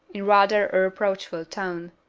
in rather a reproachful tone,